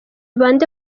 bande